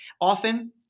Often